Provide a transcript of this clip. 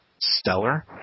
stellar